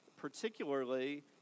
particularly